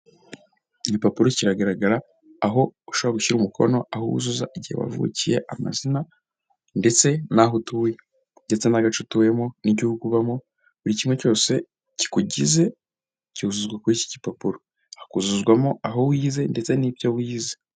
Igipapuro kiragaragara aho ushbora gushyira umukono, aho wuzuza igihe wavukiye, amazina ndetse n'aho utuye ndetse n'agace utuyemo n'igihugu ubamo, buri kimwe cyose kikugize cyuzuzwa kuri iki gipapuro, hakuzuzwamo aho wize ndetse n'ibyo wize.